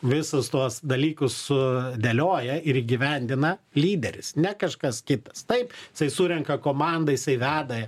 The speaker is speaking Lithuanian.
visus tuos dalykus sudėlioja ir įgyvendina lyderis ne kažkas kitas taip jisai surenka komandą jisai veda